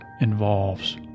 involves